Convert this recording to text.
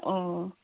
ꯑꯣ